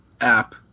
app